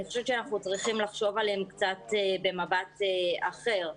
אני חושבת שאנחנו צריכים לחשוב עליהם במבט קצת אחר.